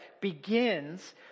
begins